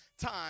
time